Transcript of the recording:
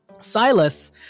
Silas